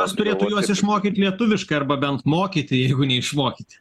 kas turėtų juos išmokyti lietuviškai arba bent mokyti jeigu ne išmokyti